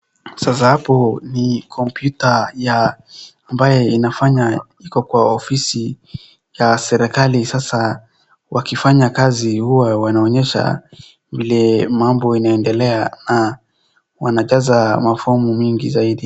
Sasa hapo ni kompyuta ya ambaye inafanya iko kwa ofisi ya serikali sasa wakifanya kazi huwa wanaonyesha vile mambo inaendelea na wanajaza mafomu mingi zaidi.